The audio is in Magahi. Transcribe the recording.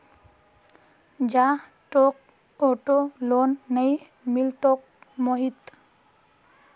जा, तोक ऑटो लोन नइ मिलतोक मोहित